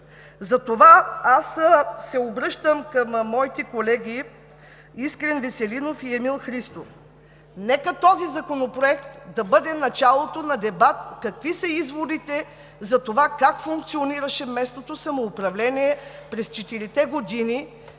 Затова аз се обръщам към моите колеги Искрен Веселинов и Емил Христов – нека този законопроект да бъде началото на дебата какви са изводите затова как функционираше местното самоуправление през четирите години,